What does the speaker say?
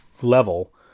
level